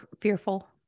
fearful